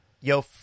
Yo